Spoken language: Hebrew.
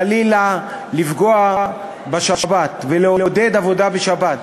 חלילה, לפגוע בשבת ולעודד עבודה בשבת.